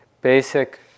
basic